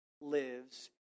lives